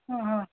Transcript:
ಹಾಂ ಹಾಂ